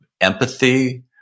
empathy